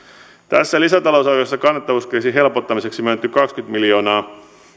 tässä lisätalousarviossa kannattavuuskriisin helpottamiseksi myönnetty kaksikymmentä miljoonaa